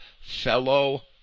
fellow